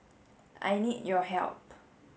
I need your help